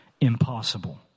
impossible